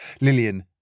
Lillian